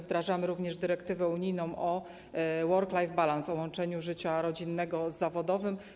Wdrażamy również dyrektywę unijną work-life balance, o łączeniu życia rodzinnego z zawodowym.